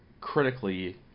critically